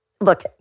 look